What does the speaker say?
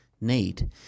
need